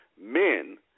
men